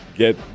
Get